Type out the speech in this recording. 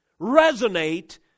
resonate